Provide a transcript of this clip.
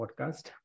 podcast